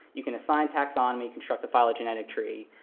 you can assign taxonomy, construct the phylogenetic tree,